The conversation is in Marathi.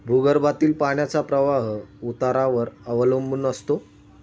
भूगर्भातील पाण्याचा प्रवाह उतारावर अवलंबून असतो